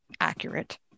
accurate